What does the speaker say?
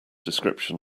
description